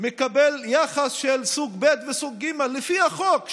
מקבל יחס של סוג ב' וסוג ג' לפי החוק.